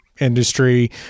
industry